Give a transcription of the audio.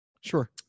Sure